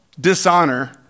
Dishonor